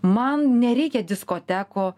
man nereikia diskotekų